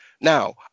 Now